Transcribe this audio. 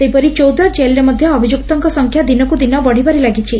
ସେହିପରି ଚୌଦ୍ୱାର ଜେଲ୍ରେ ମଧ ଅଭିଯୁକ୍ତଙ୍କ ସଂଖ୍ୟା ଦିନକୁଦିନ ବଢ଼ିବାରେ ଲାଗିଛି